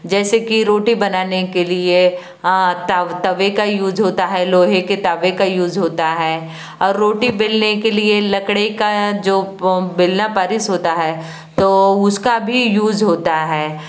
जैसे की रोटिया बनाने के लिए तब तवे का यूज होता है लोहे के तवे का यूज होता है और रोटी बेलने के लिए लकड़ी का जो बेलना पारिस होता है तो उसका भी यूज होता है